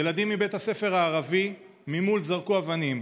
ילדים מבית הספר הערבי ממול זרקו אבנים,